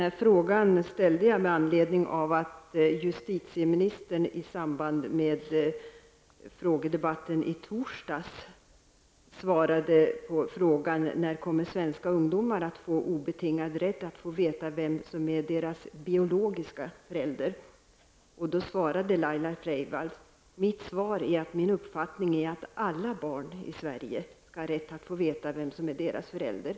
Jag ställde frågan med anledning av att justitieministern i samband med frågedebatten i torsdags på frågan när svenska ungdomar kommer att få obetingad rätt att få veta vem som är deras biologiska förälder, svarade: ''Mitt svar är att min uppfattning är att alla barn i Sverige skall ha rätt att få veta vem som är deras förälder.''